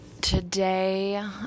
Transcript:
today